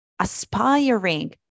aspiring